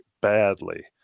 badly